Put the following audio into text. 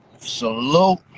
Salute